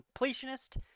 completionist